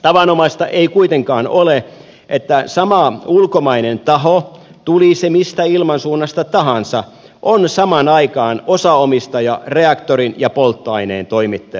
tavanomaista ei kuitenkaan ole että sama ulkomainen taho tuli se mistä ilmansuunnasta tahansa on samaan aikaan osaomistaja reaktorin ja polttoaineen toimittaja